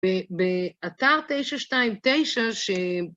באתר 929 ש...